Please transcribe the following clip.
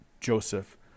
Joseph